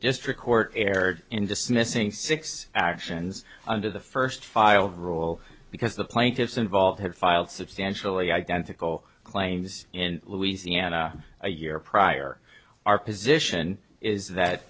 district court erred in dismissing six actions under the first file rule because the plaintiffs involved had filed substantially identical claims in louisiana a year prior our position is that